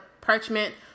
parchment